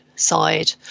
side